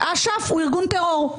אש"ף הוא ארגון טרור.